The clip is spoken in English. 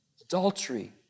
adultery